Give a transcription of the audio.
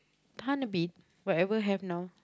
tahan a bit whatever have now